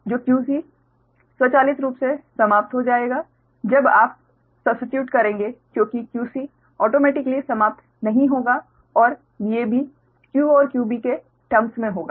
तो qc स्वचालित रूप से समाप्त हो जाएगा जब आप स्थानापन्न करेंगे कोई qc स्वचालित रूप से समाप्त नहीं होगा और Vab qa और qb के संदर्भ में होगा